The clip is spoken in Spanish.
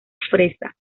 fresa